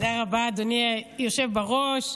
תודה רבה, אדוני היושב בראש.